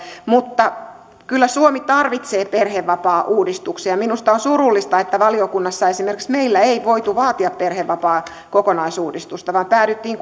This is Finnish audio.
mutta kyllä suomi tarvitsee perhevapaauudistuksen ja minusta on surullista että valiokunnassa esimerkiksi meillä ei voitu vaatia perhevapaiden kokonaisuudistusta vaan päädyttiin